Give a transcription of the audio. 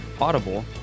audible